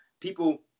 People